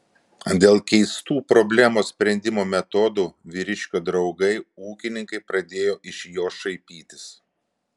dėl keistų problemos sprendimo metodų vyriškio draugai ūkininkai pradėjo iš jo šaipytis